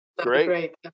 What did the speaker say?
Great